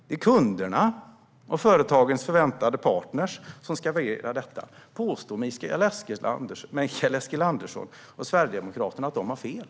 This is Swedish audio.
Det är kunderna och företagens förväntade partner som ska värdera detta. Påstår Mikael Eskilandersson och Sverigedemokraterna att de har fel?